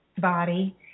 body